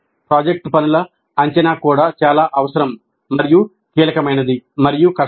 project పనుల అంచనా కూడా చాలా అవసరం మరియు కీలకమైనది మరియు కష్టం